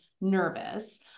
nervous